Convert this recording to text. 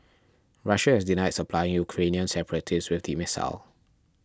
Russia has denied supplying Ukrainian separatists with the missile